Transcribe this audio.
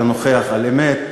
אלא נוכח על אמת,